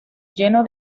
lleno